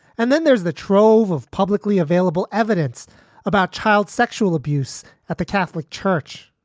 and then there's the trove of publicly available evidence about child sexual abuse at the catholic church